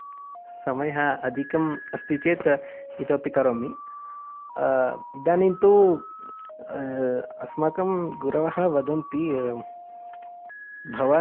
समयः अधिकम् अस्ति चेत् इतोऽपि करोमि इदानीं तु अस्माकं गुरवः वदन्ति भवान्